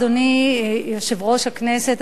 אדוני יושב-ראש הכנסת,